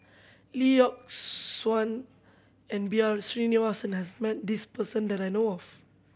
Lee Yock Suan and B R Sreenivasan has met this person that I know of